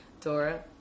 Dora